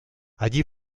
allí